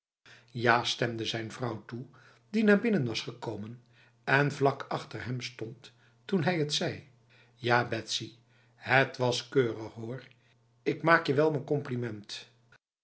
ja stemde zijn vrouw toe die naar binnen was gekomen en vlak achter hem stond toen hij het zei ja betsy het was keurig hoor ik maak je wel m'n compliment